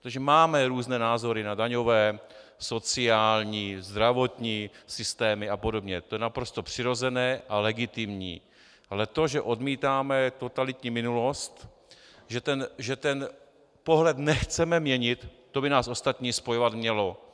Protože máme různé názory na daňové, sociální, zdravotní systému a podobně, to je naprosto přirozené a legitimní, ale to, že odmítáme totalitní minulost, že pohled nechceme měnit, to by nás ostatní spojovat mělo.